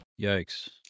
Yikes